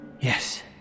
Yes